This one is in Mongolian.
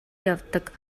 явдаг